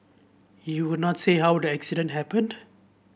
he would not say how the accident happened